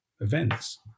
events